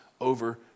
over